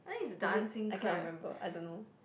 is it I cannot remember I don't know